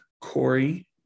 Corey